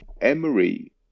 Emery